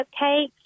Cupcakes